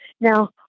Now